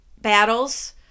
battles